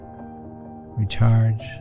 recharge